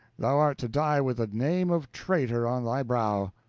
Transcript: thou art to die with the name of traitor on thy brow!